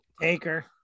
Taker